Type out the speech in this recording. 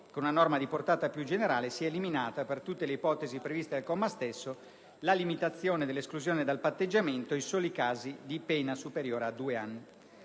con una norma di portata più generale, si è eliminata per tutte le ipotesi previste dal comma stesso la limitazione dell'esclusione dal patteggiamento ai soli casi di pena superiore a due anni.